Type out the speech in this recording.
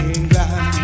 England